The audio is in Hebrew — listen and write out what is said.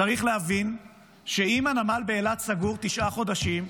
צריך להבין שאם הנמל באילת סגור תשעה חודשים,